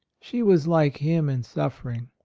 she was like him in suffering,